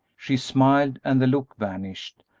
she smiled, and the look vanished,